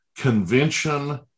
convention